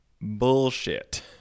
bullshit